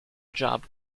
job